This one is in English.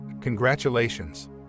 congratulations